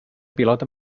pilota